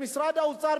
שמשרד האוצר,